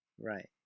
Right